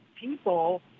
people